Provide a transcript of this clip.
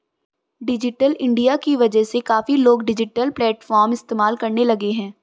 digital India की वजह से काफी लोग डिजिटल प्लेटफ़ॉर्म इस्तेमाल करने लगे हैं